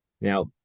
Now